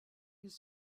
his